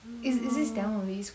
mm